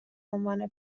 عنوان